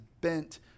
bent